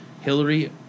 Hillary